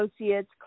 associates